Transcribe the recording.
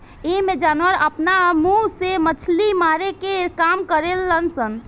एइमें जानवर आपना मुंह से मछली मारे के काम करेल सन